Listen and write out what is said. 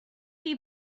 chi